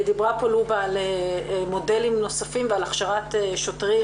דיברה פה לובה על מודלים נוספים ועל הכשרת שוטרים,